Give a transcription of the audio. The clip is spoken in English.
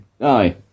Aye